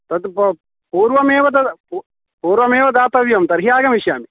तत् पूर्व पूर्वमेव दातव्यं तर्हि आगमिष्यामि